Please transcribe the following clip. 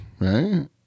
right